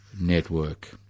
Network